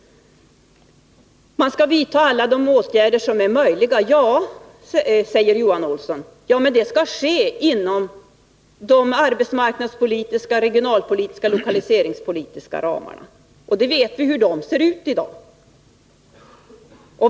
Man skall vidta alla åtgärder som är möjliga, säger Johan Olsson. Men det skall ske inom de arbetsmarknadspolitiska, regionalpolitiska och lokaliseringspolitiska ramarna. Vi vet hur dessa ser ut i dag.